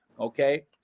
Okay